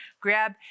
grab